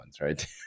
right